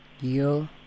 Yo